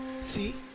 See